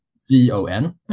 Z-O-N